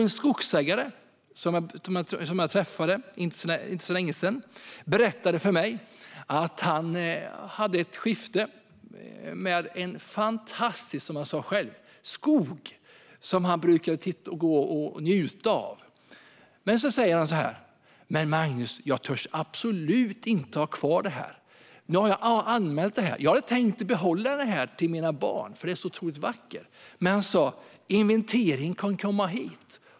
En skogsägare som jag träffade för inte särskilt länge sedan berättade för mig att han hade ett skifte med en - som han själv sa - fantastisk skog som han brukade gå runt i och njuta av. Men han sa "Men, Magnus, jag törs absolut inte ha kvar det här. Nu har jag anmält det. Jag hade tänkt behålla skogen till mina barn, eftersom den är så otroligt vackert. Men inventeringen kommer att komma hit.